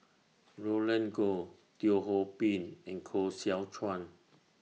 Roland Goh Teo Ho Pin and Koh Seow Chuan